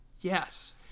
Yes